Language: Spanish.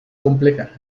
compleja